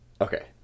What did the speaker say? Okay